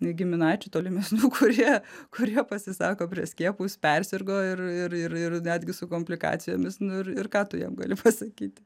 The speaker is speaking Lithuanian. giminaičių tolimesnių kurie kurie pasisako prieš skiepus persirgo ir ir ir ir netgi su komplikacijomis nu ir ir ką tu jiem gali pasakyti